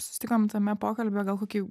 susitikom tame pokalbio gal kokį